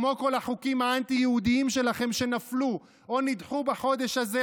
כמו כל החוקים האנטי-יהודיים שלכם שנפלו או נדחו בחודש הזה,